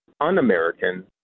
un-american